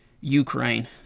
Ukraine